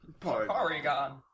Porygon